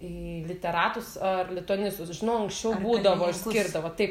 į literatus ar lituanistus žinau anksčiau būdavo išskirdavo taip